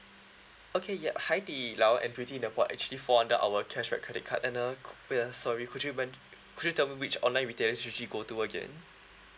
okay ya hai di lao and fu tea milk will actually fall under our cashback credit card and uh co~ wait ah sorry could you even could you tell me which online retails you usually go to again